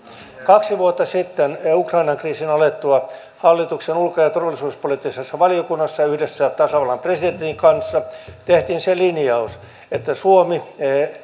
kaksi vuotta sitten ukrainan kriisin alettua hallituksen ulko ja turvallisuuspoliittisessa valiokunnassa yhdessä tasavallan presidentin kanssa tehtiin se linjaus että suomi